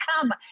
come